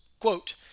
Quote